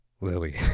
lily